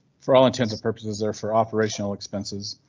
for all intensive purposes there for operational expenses.